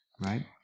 right